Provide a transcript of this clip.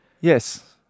Yes